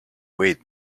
wait